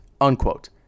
unquote